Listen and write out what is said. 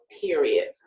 period